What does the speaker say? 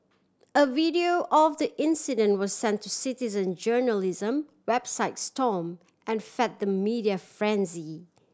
a video of the incident was sent to citizen journalism website stomp and fed the media frenzy